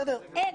אין.